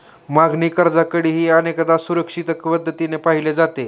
मागणी कर्जाकडेही अनेकदा असुरक्षित पद्धतीने पाहिले जाते